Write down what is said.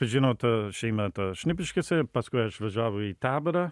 žinot šiemet šnipiškėse paskui aš važiavau į taborą